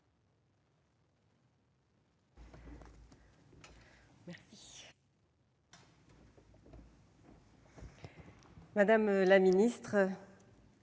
madame la ministre,